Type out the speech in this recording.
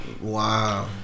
Wow